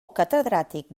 catedràtic